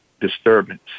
disturbance